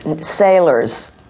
sailors